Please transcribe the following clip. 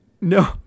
no